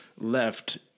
left